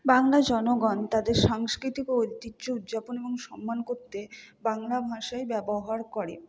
বাংলার জনগণ তাদের সংস্কৃতিক ও ঐতিহ্য উদযাপন এবং সম্মান করতে বাংলা ভাষাই ব্যবহার করে